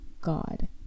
God